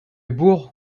bourg